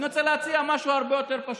אני רוצה להציע משהו הרבה יותר פשוט,